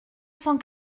cent